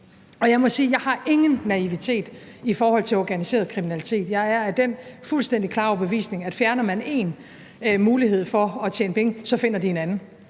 Og jeg må sige: Jeg har ingen naivitet i forhold til organiseret kriminalitet. Jeg er af den fuldstændig klare overbevisning, at fjerner man én mulighed for at tjene penge, så finder de kriminelle